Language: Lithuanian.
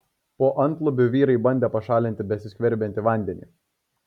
po antlubiu vyrai bandė pašalinti besiskverbiantį vandenį